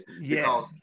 Yes